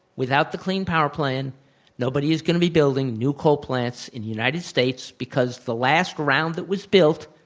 without the clean power plan nobody is going to be building new coal plants in the united states because the last round that was built,